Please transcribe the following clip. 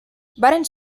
varen